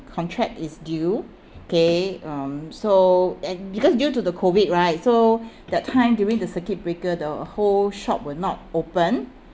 contract is due okay um so and because due to the COVID right so that time during the circuit breaker the whole shop were not open